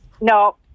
No